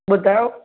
ॿुधायो